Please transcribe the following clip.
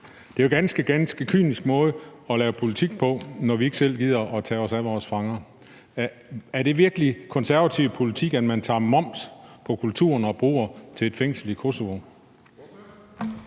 Det er en ganske, ganske kynisk måde at lave politik på, når vi ikke selv gider at tage os af vores fanger. Er det virkelig konservativ politik, at man lægger moms på kulturen for at bruge dem på et fængsel i Kosovo?